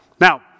Now